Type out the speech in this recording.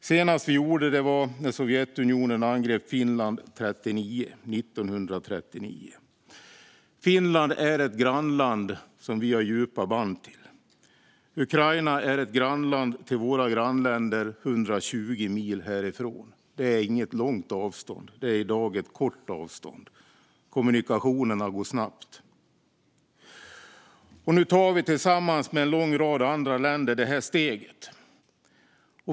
Senast vi gjorde detta var när Sovjetunionen angrep Finland 1939. Finland är ett grannland som vi har djupa band till. Ukraina är ett grannland till våra grannländer 120 mil härifrån. Det är inget långt avstånd. Det är i dag ett kort avstånd. Kommunikationerna går snabbt. Nu tar vi tillsammans med en lång rad andra länder detta steg.